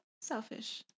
selfish